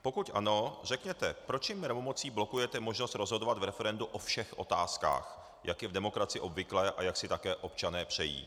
Pokud ano, řekněte, proč jim mermomocí blokujete možnost rozhodovat v referendu o všech otázkách, jak je v demokracii obvyklé a jak si také občané přejí.